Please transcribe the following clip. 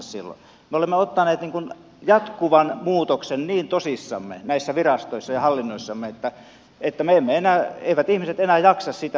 me olemme ottaneet jatkuvan muutoksen näissä virastoissa ja hallinnoissamme niin tosissamme että ihmiset eivät enää jaksa sitä